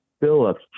Phillips